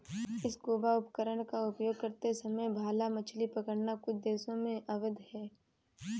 scuba उपकरण का उपयोग करते समय भाला मछली पकड़ना कुछ देशों में अवैध है